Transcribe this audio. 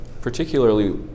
Particularly